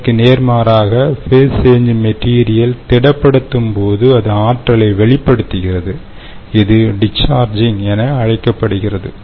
இதற்கு நேர்மாறாக phase change material திடப்படுத்தும் போது அது ஆற்றலை வெளிப்படுத்துகிறது இது டிஸ்சார்ஜிங் என அழைக்கப்படுகிறது